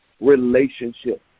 relationship